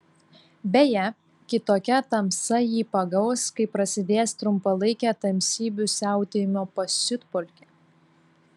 beje kitokia tamsa jį pagaus kai prasidės trumpalaikė tamsybių siautėjimo pasiutpolkė